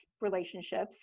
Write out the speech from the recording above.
relationships